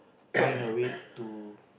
find a way to